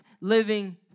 living